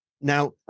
Now